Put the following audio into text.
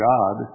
God